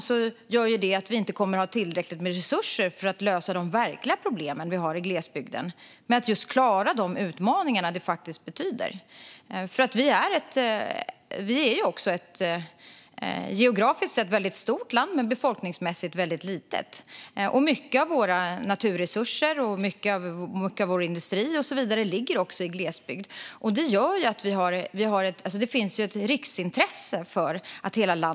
Det gör ju att vi inte kommer att ha tillräckligt med resurser för att lösa de verkliga problem och utmaningar vi har i glesbygden. Vi har ett land som geografiskt är väldigt stort men befolkningsmässigt är väldigt litet. Mycket av våra naturresurser, vår industri och så vidare finns i glesbygd. Att hela landet ska fungera är därför ett riksintresse.